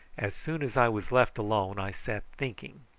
as soon as i was left alone i sat thinking,